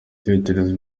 ibitekerezo